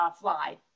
fly